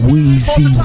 Weezy